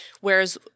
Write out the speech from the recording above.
whereas